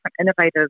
innovative